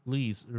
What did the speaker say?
Please